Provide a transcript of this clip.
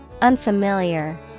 Unfamiliar